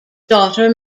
daughter